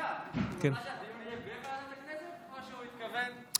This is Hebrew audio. הוא מתכוון בוועדת הכנסת או שהוא מתכוון,